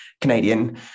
Canadian